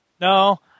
No